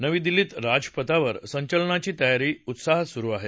नवी दिल्लीत राजपथावरच्या संचलनाची तयारी उत्साहात सुरू आहे